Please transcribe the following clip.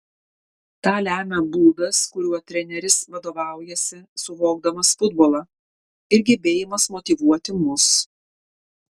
tą lemia būdas kuriuo treneris vadovaujasi suvokdamas futbolą ir gebėjimas motyvuoti mus